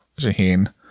Jaheen